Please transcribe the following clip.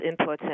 inputs